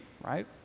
right